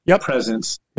presence